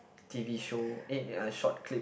t_v show eh ah short clip